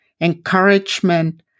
encouragement